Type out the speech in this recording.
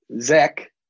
Zach